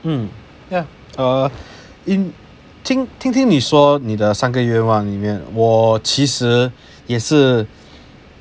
um yeah uh in 听听听你说你的三个愿望里面我其实也是